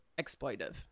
exploitive